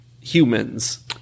humans